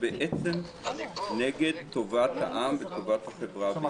בעצם נגד טובת העם וטובת החברה בישראל.